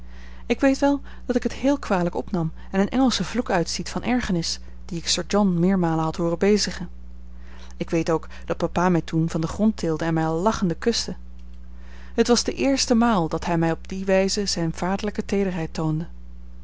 ik weet wel dat ik het heel kwalijk opnam en een engelschen vloek uitstiet van ergernis dien ik sir john meermalen had hooren bezigen ik weet ook dat papa mij toen van den grond tilde en mij al lachende kuste het was de eerste maal dat hij mij op die wijze zijne vaderlijke teederheid